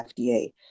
FDA